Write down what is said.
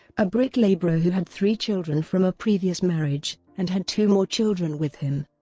a brick laborer who had three children from a previous marriage, and had two more children with him.